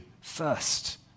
first